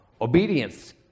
Obedience